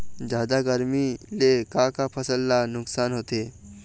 जादा गरमी ले का का फसल ला नुकसान होथे?